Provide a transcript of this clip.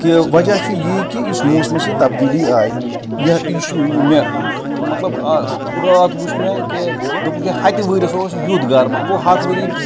کہِ وجہ چھُ یی کہِ یُس موسمَس یہِ تبدیٖلی آیہِ یہ یہِ چھُ مےٚ مطلب راتھ وُچھ مےٚ کہِ دوٚپُکھ اے ہَتہِ وٕہٕرۍ ہَسا اوس یُتھ گرمہ گوٚو ہَتھ ؤری